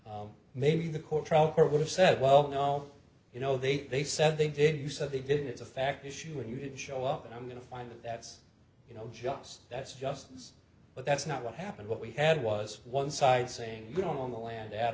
land maybe the court trial court would have said well no you know they they said they did you said they did it's a fact issue and you did show up and i'm going to find that that's you know just that's justice but that's not what happened what we had was one side saying we don't own the land at